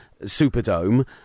Superdome